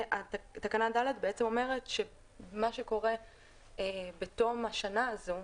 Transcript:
ותקנת משנה (ד) בעצם אומרת שמה שקורה בתום השנה הזו הוא